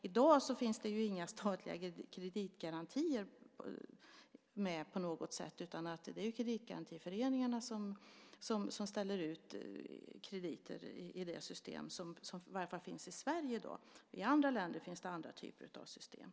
I dag finns ju inga statliga kreditgarantier, utan det är kreditgarantiföreningarna som ställer ut krediter. Det gäller i varje fall det system som finns i Sverige. I andra länder finns andra typer av system.